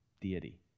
deity